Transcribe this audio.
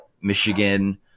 Michigan